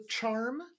charm